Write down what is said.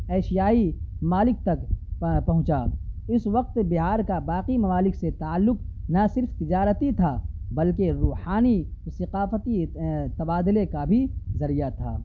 ایشیائی ممالک تک پہنچا اس وقت بہار کا باقی ممالک سے تعلق نہ صرف تجارتی تھا بلکہ روحانی ثقافتی تبادلے کا بھی ذریعہ تھا